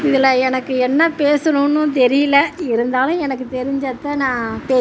இதில் எனக்கு என்ன பேசணும்னு தெரியல இருந்தாலும் எனக்கு தெரிஞ்சதை நான் பே